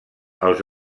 els